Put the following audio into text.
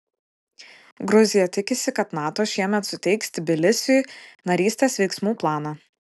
gruzija tikisi kad nato šiemet suteiks tbilisiui narystės veiksmų planą